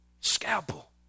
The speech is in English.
scalpel